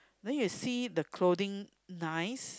then you see the clothing nice